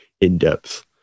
in-depth